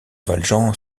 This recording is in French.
valjean